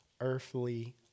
earthly